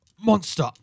monster